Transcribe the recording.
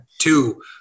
two